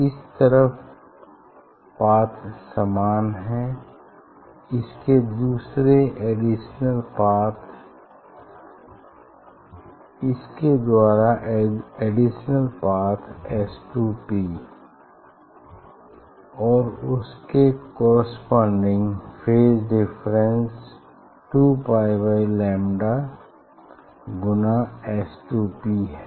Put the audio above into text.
इस तरफ पाथ समान है इसके द्वारा अडिशनल पाथ S2P और उसके corresponding phase difference 2 pi by lambda गुना S2P है